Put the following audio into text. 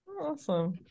Awesome